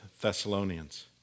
Thessalonians